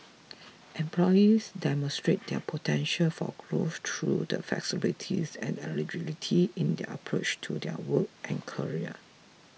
employees demonstrate their potential for growth through the flexibilities and agility in their approach to their work and career